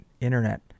internet